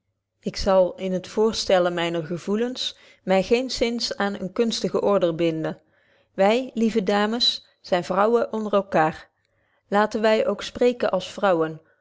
ik zal in het voorstellen myner gevoelens my geenzinds aan eene kunstige order binden wy lieve dames zijn vrouwen onder elkander laten wy ook spreken als vrouwen